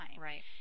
Right